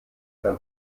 beim